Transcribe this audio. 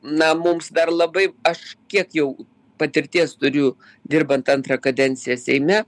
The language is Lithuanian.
na mums dar labai aš kiek jau patirties turiu dirbant antrą kadenciją seime